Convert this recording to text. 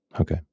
Okay